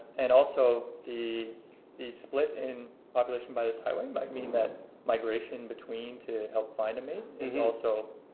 and also the the split in population by this highway might mean that migration between to help find a mate is and also